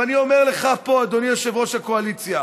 אני אומר לך פה, אדוני יושב-ראש הקואליציה,